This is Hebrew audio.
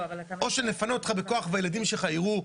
או שנפנה אותך בכוח והילדים שלך יראו,